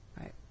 Right